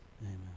Amen